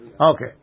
Okay